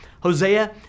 Hosea